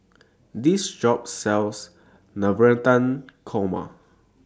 This Shop sells Navratan Korma